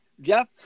Jeff